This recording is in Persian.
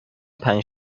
پنج